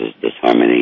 disharmony